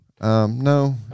No